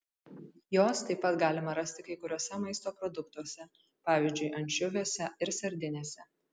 jos taip pat galima rasti kai kuriuose maisto produktuose pavyzdžiui ančiuviuose ir sardinėse